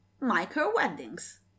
micro-weddings